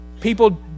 people